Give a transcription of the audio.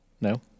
No